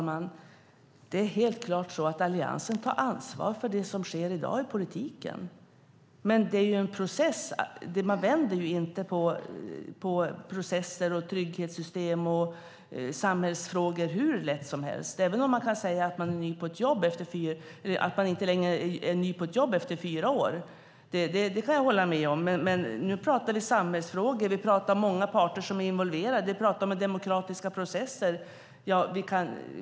Fru talman! Alliansen tar ansvar för det som sker i dag i politiken. Men man vänder inte på processer, trygghetssystem och samhällsfrågor hur lätt som helst. Jag kan hålla med om att man inte längre kan säga att man är ny på ett jobb efter fyra år, men nu pratar vi om samhällsfrågor. Vi pratar om många parter som är involverade. Vi pratar om demokratiska processer.